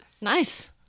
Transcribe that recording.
nice